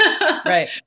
Right